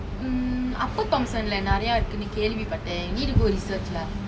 mm upper thomson லே நிறைய இருக்குனு கேள்வி பட்டேன்:le niraiya irukkunu kelvi patten need to go research lah